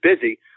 busy